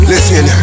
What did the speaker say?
Listen